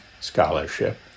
scholarship